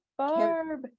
Barb